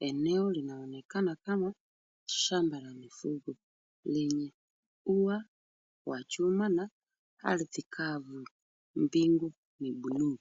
Eneo linaonekana kama shamba la mifugo lenye ua wa chuma na ardhi kavu, mbingu ni bluu.